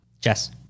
Jess